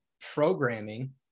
programming